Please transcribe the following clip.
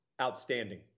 outstanding